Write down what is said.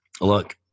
Look